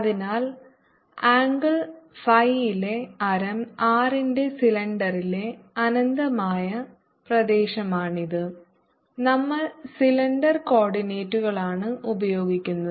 അതിനാൽ ആംഗിൾ ഫൈയിലെ ആരം R ന്റെ സിലിണ്ടറിലെ അനന്തമായ പ്രദേശമാണിത് നമ്മൾ സിലിണ്ടർ കോർഡിനേറ്റുകളാണ് ഉപയോഗിക്കുന്നത്